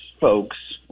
folks